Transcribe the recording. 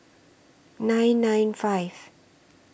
nine nine five